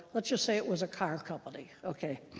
let's just say it was a car company, ok.